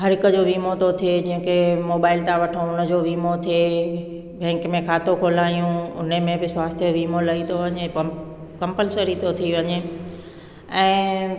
हर हिकु जो वीमो थो थिए जीअं की मोबाइल था वठूं हुन जो वीमो थिए बैंक में खातो खोलायूं उने में बि स्वास्थ्य वीमो लई थो वञे पम कंपलसरी थो थी वञे ऐं